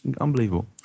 unbelievable